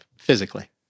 physically